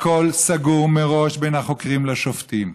הכול סגור מראש בין החוקרים לשופטים.